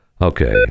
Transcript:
Okay